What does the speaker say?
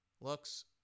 Looks